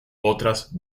otras